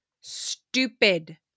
Stupid